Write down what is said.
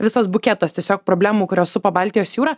visas buketas tiesiog problemų kurios supa baltijos jūrą